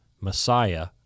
Messiah